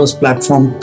platform